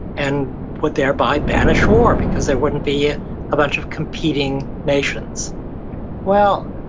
and would thereby banish war, because there wouldn't be a bunch of competing nations well,